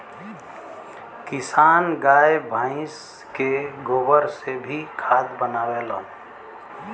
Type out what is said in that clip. किसान गाय भइस के गोबर से भी खाद बनावलन